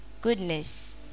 goodness